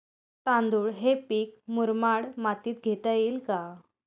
तांदूळ हे पीक मुरमाड मातीत घेता येईल का?